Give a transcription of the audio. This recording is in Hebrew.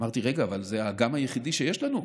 אמרתי: רגע, אבל זה האגם היחידי שיש לנו.